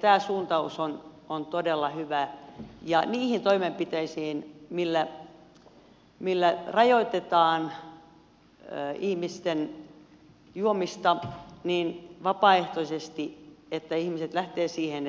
tämä suuntaus on todella hyvä ja niitä toimenpiteitä millä rajoitetaan ihmisten juomista vapaaehtoisesti niin että ihmiset lähtevät siihen